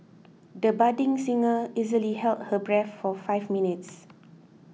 the budding singer easily held her breath for five minutes